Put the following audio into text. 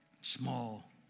small